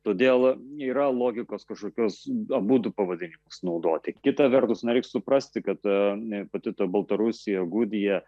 todėl yra logikos kažkokios abudu pavadinimus naudoti kita vertus na reik suprasti kad pati ta baltarusija gudija